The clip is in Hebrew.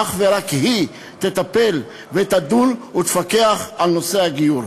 שאך ורק היא תטפל ותדון ותפקח על נושא הגיור.